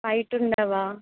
white ఉండవా